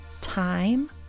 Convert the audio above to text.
time